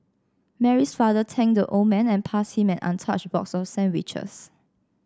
Mary's father thanked the old man and passed him an untouched box of sandwiches